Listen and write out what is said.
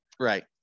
right